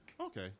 Okay